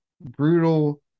brutal